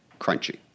crunchy